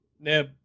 Neb